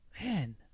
Man